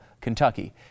Kentucky